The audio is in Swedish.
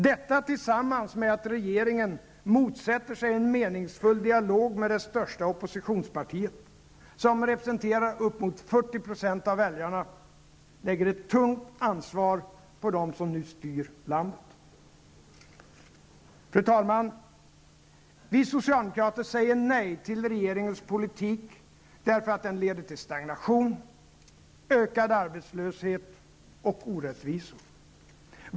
Detta tillsammans med att regeringen motsätter sig en meningsfull dialog med det största oppositionspartiet, som representerar uppåt 40 % av väljarna, lägger ett tungt ansvar på dem som nu styr landet. Fru talman! Vi socialdemokrater säger nej till regeringens politik därför att den leder till stagnation, ökad arbetslöshet och orättvisor.